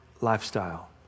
lifestyle